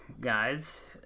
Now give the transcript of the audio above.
guys